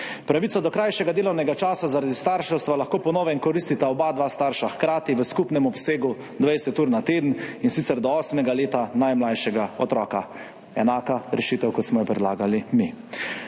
Pravico do krajšega delovnega časa zaradi starševstva lahko po novem koristita oba starša hkrati v skupnem obsegu 20 ur na teden, in sicer do osmega leta najmlajšega otroka. Enaka rešitev, kot smo jo predlagali mi.